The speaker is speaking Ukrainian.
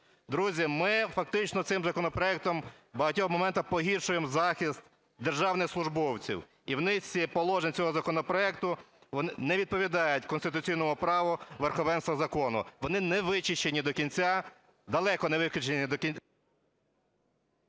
Друзі, ми, фактично, цим законопроектом у багатьох моментах погіршуємо захист державних службовців, і в низці положень цього законопроекту не відповідають конституційному праву, верховенства закону, вони не вичищені до кінця, далеко не вичищені...